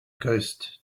ghost